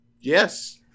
Yes